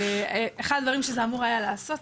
אחד הדברים שזה אמור היה לעשות,